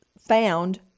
found